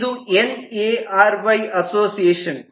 ಇದು N A R Y association